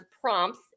prompts